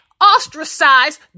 ostracized